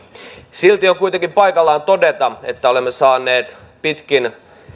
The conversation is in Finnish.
silti on kuitenkin paikallaan todeta että olemme saaneet pitkin